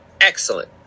Excellent